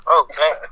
Okay